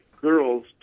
girls